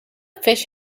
fish